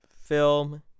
film